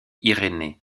irénée